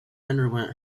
underwent